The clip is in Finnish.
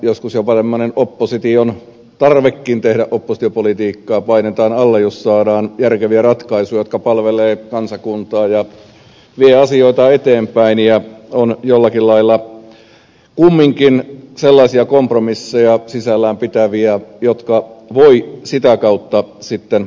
joskus jopa tämmöinen opposition tarve tehdä oppositiopolitiikkaa painetaan alle jos saadaan järkeviä ratkaisuja jotka palvelevat kansakuntaa ja vievät asioita eteenpäin ja ovat jollakin lailla kumminkin sellaisia kompromisseja sisällään pitäviä jotka voi sitä kautta allekirjoittaa